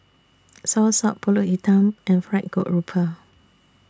Soursop Pulut Hitam and Fried Grouper